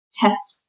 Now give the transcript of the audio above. tests